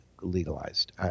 legalized